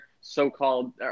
so-called